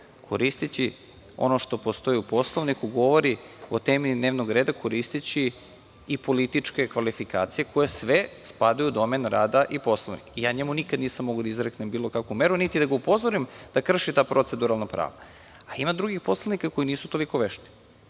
koristeći ono što postoji u Poslovniku, govori o temi dnevnog reda, koristeći i političke kvalifikacije koje sve spadaju u domen rada i Poslovnika. Ja njemu nikad nisam mogao da izreknem bilo kakvu meru, niti da ga upozorim da krši ta proceduralna prava. Ima drugih poslanika koji nisu toliko vešti,